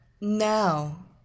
Now